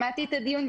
שמעתי את הדיון,